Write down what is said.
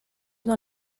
dans